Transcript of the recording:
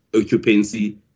occupancy